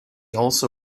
also